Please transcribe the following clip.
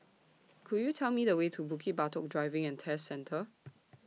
Could YOU Tell Me The Way to Bukit Batok Driving and Test Centre